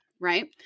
right